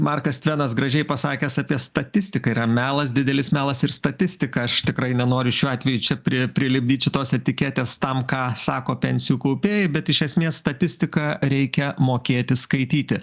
markas tvenas gražiai pasakęs apie statistiką yra melas didelis melas ir statistika aš tikrai nenoriu šiuo atveju čia pri prilipdyt šitos etiketės tam ką sako pensijų kaupėjai bet iš esmės statistiką reikia mokėti skaityti